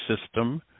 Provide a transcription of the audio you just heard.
system